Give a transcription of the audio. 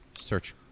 search